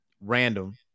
random